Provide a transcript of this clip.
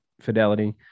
fidelity